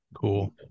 Cool